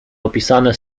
opisane